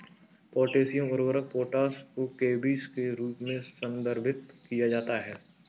potassium उर्वरक potash को केबीस के रूप में संदर्भित किया जाता है